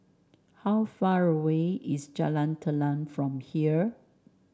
how far away is Jalan Telang from here